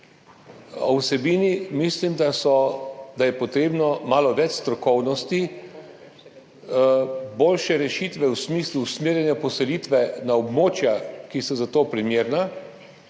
O vsebini mislim, da je potrebne malo več strokovnosti, boljše rešitve v smislu usmerjanja poselitve na območja, ki so za to primerna,